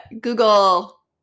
Google